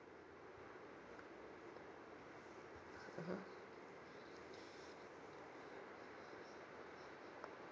mmhmm